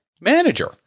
manager